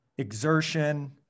exertion